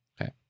Okay